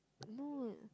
no